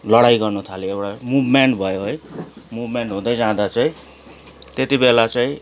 लडाँइ गर्न थाल्यो एउटा मुभमेन्ट भयो है मुभमेन्ट हुँदै जाँदा चाहिँ त्यति बेला चाहिँ